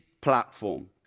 platform